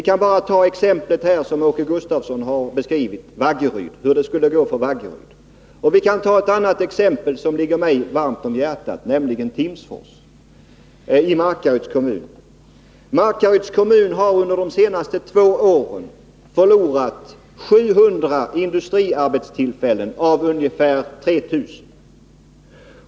Åke Gustavsson har redan beskrivit hur det skulle gå för Vaggeryd. Vi kan ta ett annat exempel, som ligger mig varmt om hjärtat, nämligen Timsfors i Markaryds kommun. Markaryds kommun har under de senaste två åren förlorat 700 industriarbetstillfällen av ungefär 3 000.